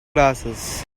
glasses